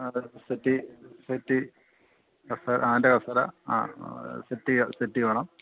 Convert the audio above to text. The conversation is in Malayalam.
അ സെറ്റ് സെറ്റ് അതിൻ്റെ കസേര ആ സെറ്റ് സെറ്റ് വേണം